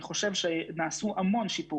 תן לנו תמונת מצב.